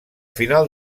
final